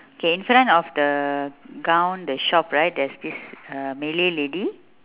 okay in front of the gown the shop right there is this uh malay lady